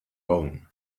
own